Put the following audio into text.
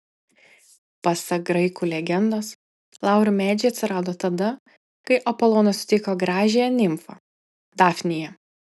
pasak graikų legendos laurų medžiai atsirado tada kai apolonas sutiko gražiąją nimfą dafniją